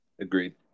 Agreed